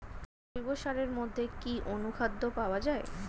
জৈব সারের মধ্যে কি অনুখাদ্য পাওয়া যায়?